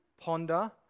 ponder